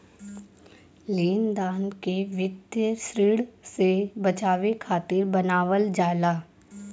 लेनदार के वित्तीय ऋण से बचावे खातिर बनावल जाला